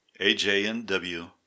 AJNW